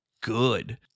good